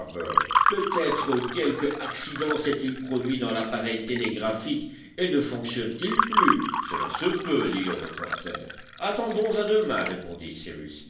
peut-être quelque accident s'est-il produit dans l'appareil télégraphique et ne fonctionne-t-il plus cela se peut dit le reporter attendons à demain répondit